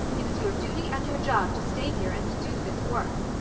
it is your duty and your job to stay here and do this work.